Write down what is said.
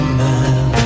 man